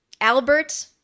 Albert